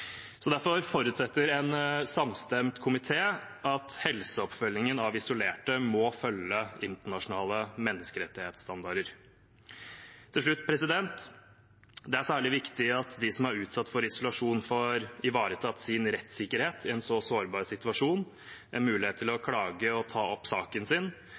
Derfor forutsetter en samstemt komité at helseoppfølgingen av isolerte må følge internasjonale menneskerettighetsstandarder. Til slutt: Det er særlig viktig at de som er utsatt for isolasjon, får ivaretatt sin rettssikkerhet i en så sårbar situasjon, med mulighet til å klage og ta opp saken sin.